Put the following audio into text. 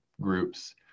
groups